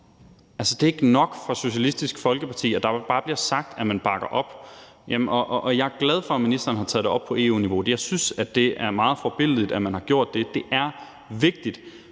Det er ikke nok for Socialistisk Folkeparti, at der bare bliver sagt, at man bakker op. Jeg er glad for, at ministeren har taget det op på EU-niveau. Jeg synes, det er meget forbilledligt, at man har gjort det. Det er vigtigt,